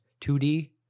2D